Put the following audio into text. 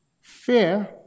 Fear